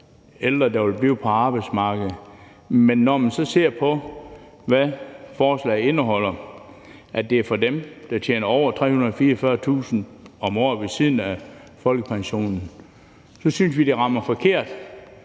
ældre, der vil blive på arbejdsmarkedet, men når man så ser på, hvad forslaget indeholder – at det er for dem, der tjener over 344.000 kr. om året ved siden af folkepensionen – så synes vi, at det rammer forkert.